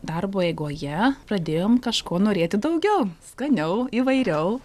darbo eigoje pradėjom kažko norėti daugiau skaniau įvairiau